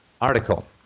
article